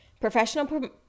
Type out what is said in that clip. Professional